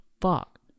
fuck